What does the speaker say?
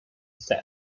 set